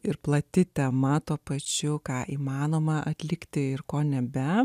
ir plati tema tuo pačiu ką įmanoma atlikti ir ko nebe